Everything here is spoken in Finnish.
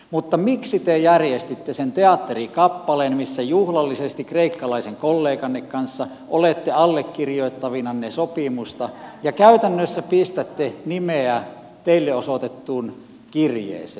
mutta miksi te järjestitte sen teatterikappaleen missä juhlallisesti kreikkalaisen kolleganne kanssa olette allekirjoittavinanne sopimusta ja käytännössä pistätte nimeä teille osoitettuun kirjeeseen